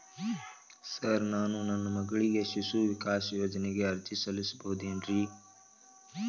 Sir ನಾನು ನನ್ನ ಮಗಳಿಗೆ ಶಿಶು ವಿಕಾಸ್ ಯೋಜನೆಗೆ ಅರ್ಜಿ ಸಲ್ಲಿಸಬಹುದೇನ್ರಿ?